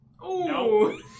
No